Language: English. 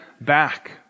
back